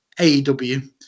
AEW